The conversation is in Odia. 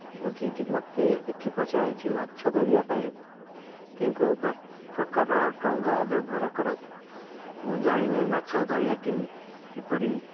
ଏଇଠି ମୋତେ ଏଇଠି ପଚରାହୋଇଛି ମାଛ ଧରିବା ପାଇଁ କେଉଁ କେଉଁ ପ୍ରକାରର ଡଙ୍ଗା ବ୍ୟବହାର କରାଯାଏ ମୁଁ ଜାଣିନି ମାଛ ଧରିବା କିପରି